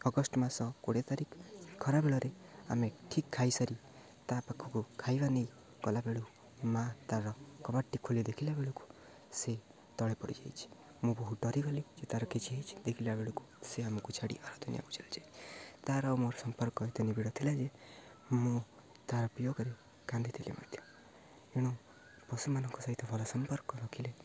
August ମାସ କୋଡ଼ିଏ ତାରିଖ ଖରାବେଳରେ ଆମେ ଠିକ୍ ଖାଇ ସାରି ତା' ପାଖକୁ ଖାଇବା ନେଇ ଗଲାବେଳକୁ ମା' ତା'ର କବାଟଟି ଖୋଲି ଦେଖିଲା ବେଳକୁ ସେ ତଳେ ପଡ଼ିଯାଇଛି ମୁଁ ବହୁତ ଡରିଗଲି ଯେ ତା'ର କିଛି ହେଇଛି ଦେଖିଲା ବେଳକୁ ସେ ଆମକୁ ଛାଡ଼ି ଆର ଦୁନିଆକୁ ଚାଲିଯାଏ ତା'ର ମୋର ସମ୍ପର୍କ ଏତେ ନିବିଡ଼ ଥିଲା ଯେ ମୁଁ ତା'ର ବିୟୋଗରେ କାନ୍ଦିଥିଲି ମଧ୍ୟ ଏଣୁ ପଶୁମାନଙ୍କ ସହିତ ଭଲ ସମ୍ପର୍କ ରଖିଲେ